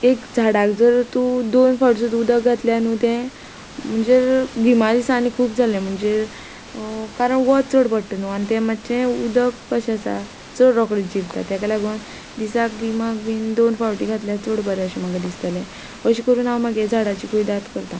एक झाडाक जर तूं दोन फावट सुद्दां उदक घातल्या न्हय ते म्हणजे घिमा दिसा आनी खूब जालें म्हणजे कारण वत चड पडट आनी ते मात्शे उदक कशें आसा चड रोखडे चिरता ताका लागून दिसाक गिमाक बी दोन फावटी घातल्यार चड बरें अशें म्हाका दिसतलें अशें करून हांव म्हाका झाडांची कुयदात करता